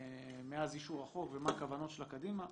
מאז אישור החוק ומה הכוונות שלה קדימה,